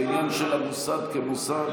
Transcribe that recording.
זה עניין של המוסד כמוסד,